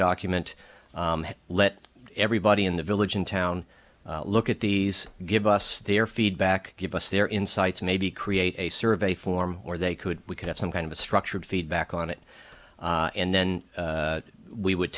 document let everybody in the village in town look at these give us their feedback give us their insights maybe create a survey form or they could we could have some kind of a structured feedback on it and then we would